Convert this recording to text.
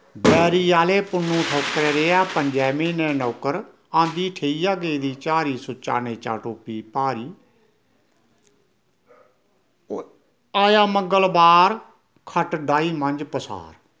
बैरी आह्ला पुन्नु ठौकर रेहा पंजै म्हीने नौकर आंदी ठोइया गेदी झारी सुच्चा नेचा टोपी भारी आया मंगलबार खट्ट डाही मंझ पसार